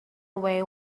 away